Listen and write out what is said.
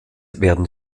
werden